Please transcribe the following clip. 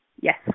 Yes